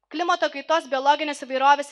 klimato kaitos biologinės įvairovės